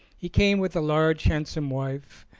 he came with a large, handsome wife,